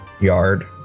yard